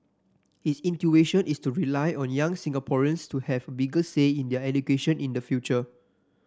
his intuition is to rely on young Singaporeans to have a bigger say in their education in the future